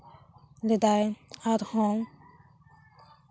ᱞᱮᱫᱟᱭ ᱟᱨᱦᱚᱸ